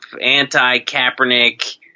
anti-Kaepernick